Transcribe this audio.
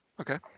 Okay